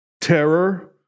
terror